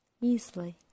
easily